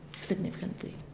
significantly